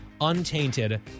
untainted